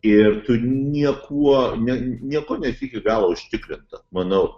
ir tu niekuo ne niekuo nesi iki galo užtikrintas manau